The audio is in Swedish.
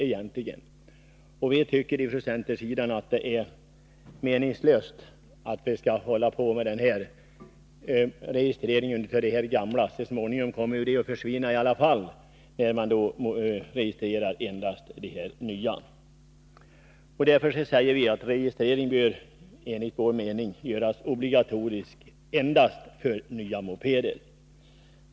Inom centern tycker vi att det är meningslöst att registrera de gamla mopederna. Dessa skulle så småningom komma att försvinna i alla fall, eftersom alla nya mopeder skulle registreras. Vi säger därför att registrering bör bli obligatorisk endast för nya mopeder.